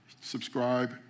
subscribe